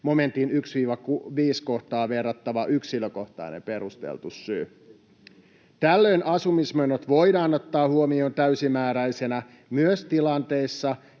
momentin 1—5 kohtaan verrattava yksilökohtainen perusteltu syy. Tällöin asumismenot voidaan ottaa huomioon täysimääräisenä myös tilanteessa,